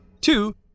Two